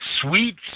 Sweet